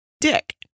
dick